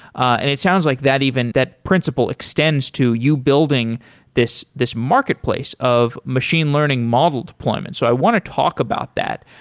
and it sounds like that even, that principle extends to you building this this marketplace of machine learning model deployment. so i want to talk about that.